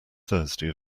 thursday